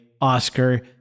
Oscar